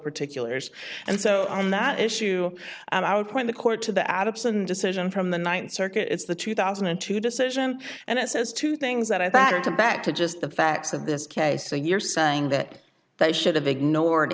particulars and so on that issue and i would point the court to the absent decision from the th circuit it's the two thousand and two decision and it says two things that i that are to back to just the facts of this case so you're saying that they should have ignored